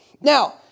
now